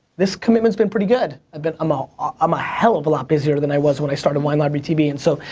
this commitment's been pretty good. i'm um ah um hell of a lot busier than i was when i started wine library tv. and so,